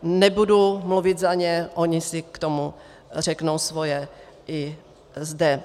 Nebudu mluvit za ně, oni si k tomu řeknou svoje i zde.